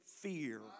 fear